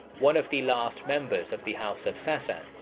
one of the last members of the house of sasan,